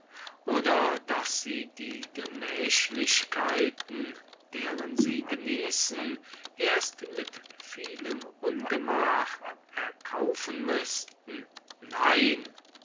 oder daß sie die gemächlichkeiten deren sie genießen erst mit vielem ungemach erkaufen müßten nein